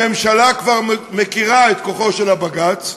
הממשלה כבר מכירה את כוחו של בג"ץ,